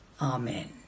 Amen